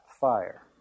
fire